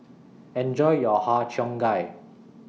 Enjoy your Har Cheong Gai